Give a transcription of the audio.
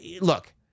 Look